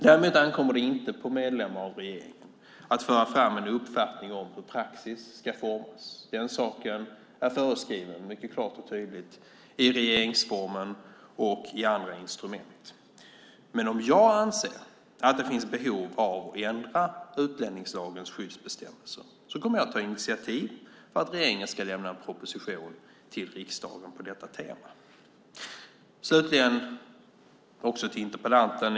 Däremot ankommer det inte på medlemmar av regeringen att föra fram en uppfattning om hur praxis ska formas. Den saken är mycket klart och tydligt föreskriven i regeringsformen och i andra instrument. Men om jag anser att det finns behov av att ändra utlänningslagens skyddsbestämmelser kommer jag att ta initiativ för att regeringen ska lämna en proposition till riksdagen på detta tema. Jag fortsätter att vända mig till interpellanten.